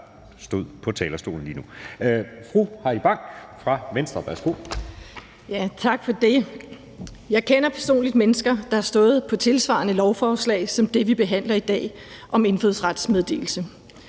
stod på talerstolen lige nu. Fru Heidi Bank i fra Venstre. Værsgo. Kl. 14:24 (Ordfører) Heidi Bank (V): Tak for det. Jeg kender personligt mennesker, der har stået på tilsvarende lovforslag som det, vi behandler i dag om indfødsrets meddelelse